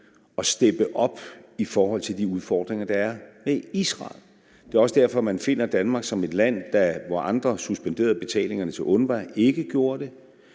at steppe op i forhold til de udfordringer, der er med Israel. Det er også derfor, man finder Danmark som et land, der, hvor andre suspenderede betalingerne til UNRWA, ikke gjorde det.